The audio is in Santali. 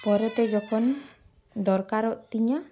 ᱯᱚᱨᱮᱛᱮ ᱡᱚᱠᱷᱚᱱ ᱫᱚᱨᱠᱟᱨᱚᱜ ᱛᱤᱧᱟᱹ